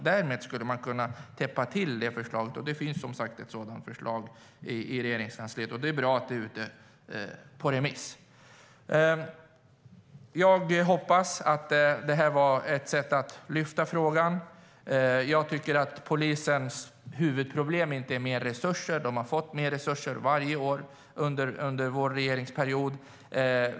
Det skulle man kunna täppa till genom det förslag som finns på Regeringskansliet och som är ute på remiss, vilket är bra. Jag hoppas att detta var ett sätt att lyfta upp frågan. Polisens huvudproblem är inte mer resurser. De fick mer resurser varje år under vår regeringsperiod.